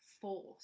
force